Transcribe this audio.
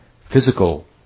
physical